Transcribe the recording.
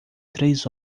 três